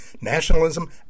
nationalism